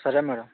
సరే మ్యాడం